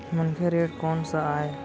मनखे ऋण कोन स आय?